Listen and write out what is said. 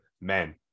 men